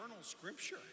scripture